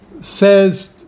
says